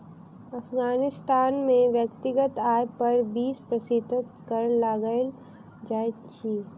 अफ़ग़ानिस्तान में व्यक्तिगत आय पर बीस प्रतिशत कर लगायल जाइत अछि